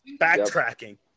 Backtracking